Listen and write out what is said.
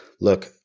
look